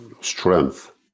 strength